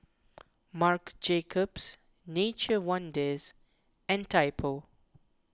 Marc Jacobs Nature's Wonders and Typo